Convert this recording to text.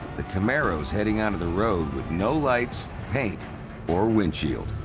the camaro's heading onto the road with no lights, paint or windshield.